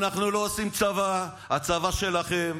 אנחנו לא עושים צבא, הצבא שלכם.